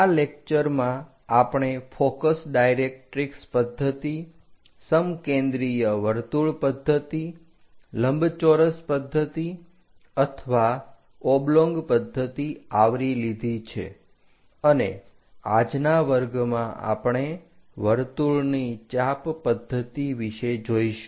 આ લેક્ચરમાં આપણે ફોકસ ડાયરેક્ટરીક્ષ પદ્ધતિ સમ કેન્દ્રીય વર્તુળ પદ્ધતિ લંબચોરસ પદ્ધતિ અથવા ઓબ્લોંગ પદ્ધતિ આવરી લીધી છે અને આજના વર્ગમાં આપણે વર્તુળની ચાપ પદ્ધતિ વિષે જોઈશું